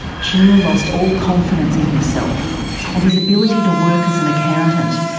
shanil lost all confidence in himself and his ability to work as an accountant.